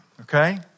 okay